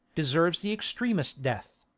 deserves the extremest death.